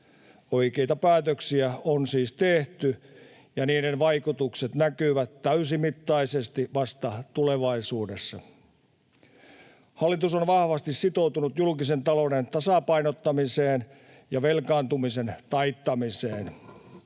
Oikeita päätöksiä on siis tehty, ja niiden vaikutukset näkyvät täysimittaisesti vasta tulevaisuudessa. Hallitus on vahvasti sitoutunut julkisen talouden tasapainottamiseen ja velkaantumisen taittamiseen.